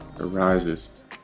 arises